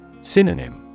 Synonym